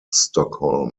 stockholm